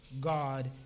God